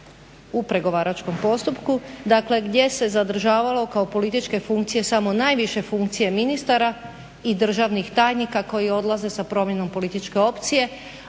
u pregovaračkom postupku, dakle gdje se zadržavalo kao političke funkcije samo najviše funkcije ministara i državnih tajnika koji odlaze sa promjenom političke opcije,